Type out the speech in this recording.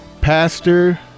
pastor